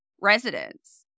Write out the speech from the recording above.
residents